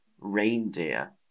reindeer